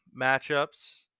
matchups